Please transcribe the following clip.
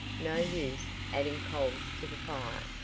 no use adding coals to the fire.